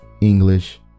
English